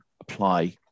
apply